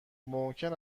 ممکن